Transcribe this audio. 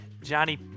Johnny